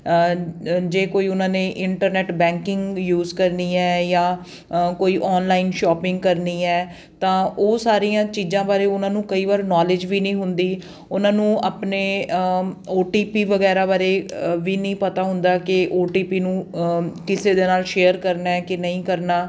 ਜੇ ਕੋਈ ਉਹਨਾਂ ਨੇ ਇੰਟਰਨੈਟ ਬੈਂਕਿੰਗ ਯੂਜ ਕਰਨੀ ਹੈ ਜਾਂ ਕੋਈ ਔਨਲਾਈਨ ਸ਼ੋਪਿੰਗ ਕਰਨੀ ਹੈ ਤਾਂ ਉਹ ਸਾਰੀਆਂ ਚੀਜ਼ਾਂ ਬਾਰੇ ਉਹਨਾਂ ਨੂੰ ਕਈ ਵਾਰ ਨੋਲੇਜ ਵੀ ਨਹੀਂ ਹੁੰਦੀ ਉਹਨਾਂ ਨੂੰ ਆਪਣੇ ਓ ਟੀ ਪੀ ਵਗੈਰਾ ਬਾਰੇ ਵੀ ਨਹੀਂ ਪਤਾ ਹੁੰਦਾ ਕਿ ਓ ਟੀ ਪੀ ਨੂੰ ਕਿਸੇ ਦੇ ਨਾਲ ਸ਼ੇਅਰ ਕਰਨਾ ਕਿ ਨਹੀਂ ਕਰਨਾ